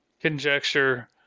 conjecture